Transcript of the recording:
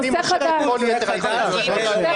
אני מושך את כל יתר ההסתייגויות --- א.